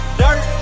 dirt